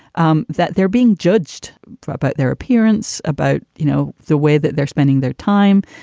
um that they're being judged by their appearance about, you know, the way that they're spending their time.